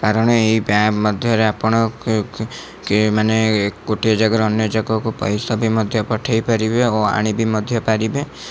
କାରଣ ଏହି ଆପ ମଧ୍ୟରେ ଆପଣ କେ ମାନେ ଗୋଟିଏ ଜାଗାରୁ ଅନ୍ୟ ଜାଗାକୁ ପଇସା ବି ମଧ୍ୟ ପଠାଇ ପାରିବେ ଓ ଆଣି ବି ମଧ୍ୟ ପାରିବେ